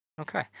okay